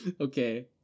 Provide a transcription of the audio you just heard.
Okay